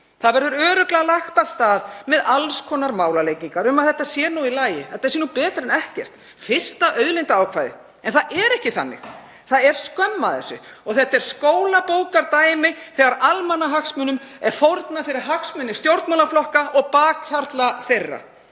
Það verður örugglega lagt af stað með alls konar málalengingar um að þetta sé nú í lagi, þetta sé nú betra en ekkert, fyrsta auðlindaákvæðið. En það er ekki þannig. Það er skömm að þessu. Þetta er skólabókardæmi um þegar almannahagsmunum er fórnað fyrir hagsmuni stjórnmálaflokka og bakhjarla þeirra.